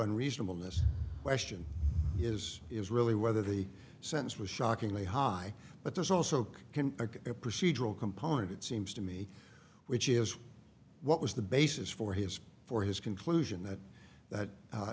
and reasonable this question is is really whether the sentence was shockingly high but there's also a procedural component it seems to me which is what was the basis for his for his conclusion that